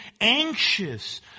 anxious